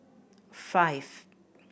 five